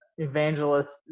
evangelist